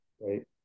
right